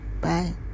Bye